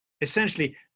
Essentially